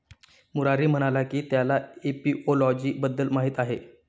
मुरारी म्हणाला की त्याला एपिओलॉजी बद्दल माहीत आहे